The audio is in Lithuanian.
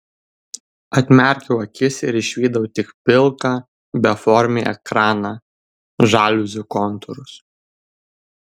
atmerkiau akis ir išvydau tik pilką beformį ekraną žaliuzių kontūrus